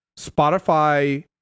Spotify